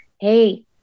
hey